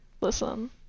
listen